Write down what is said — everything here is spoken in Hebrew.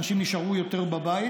אנשים נשארו יותר בבית.